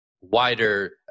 wider